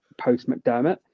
post-McDermott